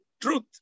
truth